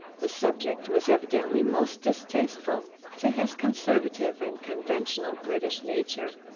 the subject was evidently most distasteful to his conservative and conventional british nature.